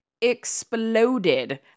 exploded